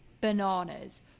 bananas